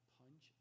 punch